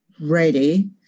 ready